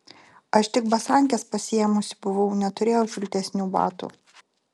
aš tik basankes pasiėmusi buvau neturėjau šiltesnių batų